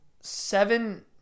seven